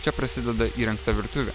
čia prasideda įrengta virtuvė